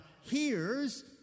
hears